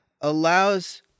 allows